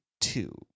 two